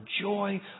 joy